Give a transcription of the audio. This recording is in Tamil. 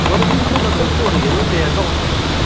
ஒரு பர்சனல் லோன்க்கு ஒரு எழுபத்தி ஐயாயரூபா உங்களுக்கு வரும் சார்